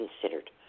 considered